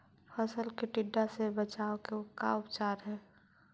फ़सल के टिड्डा से बचाव के का उपचार है?